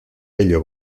bello